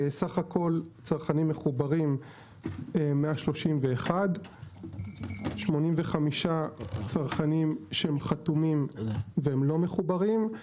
סך הכול צרכנים מחוברים יש 131. 85 צרכנים שחתומים ולא מחוברים.